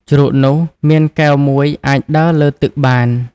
ជ្រូកនោះមានកែវមួយអាចដើរលើទឹកបាន។